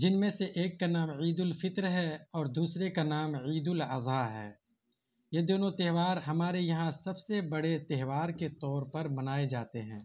جن میں سے ایک کا نام عید الفطر ہے اور دوسرے کا نام عید الاضحیٰ ہے یہ دونوں تہوار ہمارے یہاں سب سے بڑے تہوار کے طور پر منائے جاتے ہیں